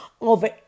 over